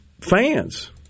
fans